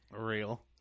Real